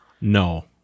No